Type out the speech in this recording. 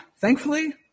thankfully